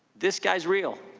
this guy is real.